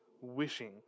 wishing